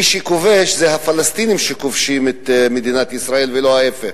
מי שכובש זה הפלסטינים שכובשים את מדינת ישראל ולא ההיפך.